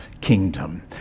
kingdom